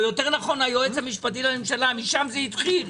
או יותר נכון היועץ המשפטי לממשלה - משם זה התחיל.